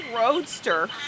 roadster